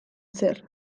zer